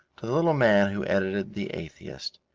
to the little man who edited the atheist,